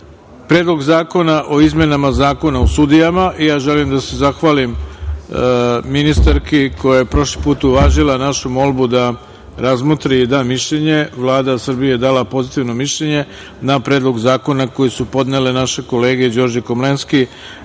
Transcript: Predlog zakona o izmenama Zakona o sudijama, i ja želim da se zahvalim ministarki koja je prošli put uvažila našu molbu da razmotri i da mišljenje, Vlada Srbije je dala pozitivno mišljenje na predlog zakona koji su podnele naše kolege Đorđe Komlenski,